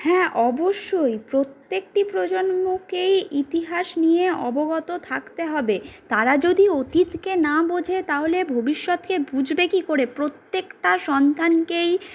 হ্যাঁ অবশ্যই প্রত্যেকটি প্রজন্মকেই ইতিহাস নিয়ে অবগত থাকতে হবে তারা যদি অতীতকে না বোঝে তাহলে ভবিষ্যতে বুঝবে কি করে প্রত্যেকটা সন্তানকেই